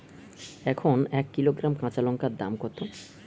এখন এক কিলোগ্রাম কাঁচা লঙ্কার দাম কত?